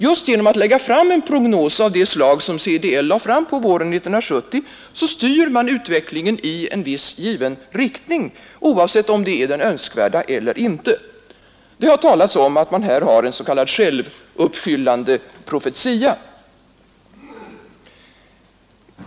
Just genom att lägga fram en prognos av det slag som CDL lade fram på våren 1970 styr man utvecklingen i en viss given riktning, oavsett om detta är önskvärt eller inte. Det har talats om att man här har en s.k. självuppfyllande profetia.